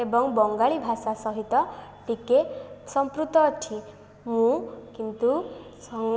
ଏବଂ ବଙ୍ଗାଳୀ ଭାଷା ସହିତ ଟିକେ ସମ୍ପୃକ୍ତ ଅଛି ମୁଁ କିନ୍ତୁ